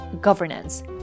governance